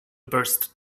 burst